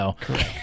Correct